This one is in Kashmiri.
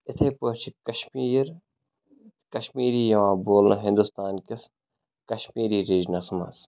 اِتھَے پٲٹھۍ چھِ کَشمیٖر کَشمیٖری یِوان بولنہٕ ہِندُستان کِس کَشمیٖری ریٖجنَس منٛز